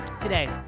Today